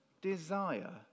desire